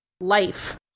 life